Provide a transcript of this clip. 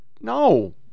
no